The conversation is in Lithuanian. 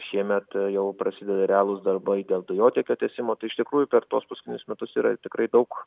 šiemet jau prasideda realūs darbai dėl dujotiekio tiesimo iš tikrųjų per tuos paskutinius metus yra tikrai daug